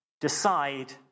decide